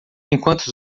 enquanto